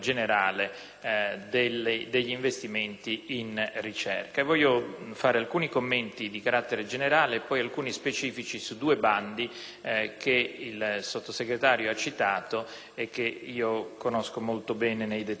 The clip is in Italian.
degli investimenti in ricerca. Farò alcuni commenti di carattere generale e altri specifici su due bandi che il Sottosegretario ha citato e che conosco molto bene, nei dettagli.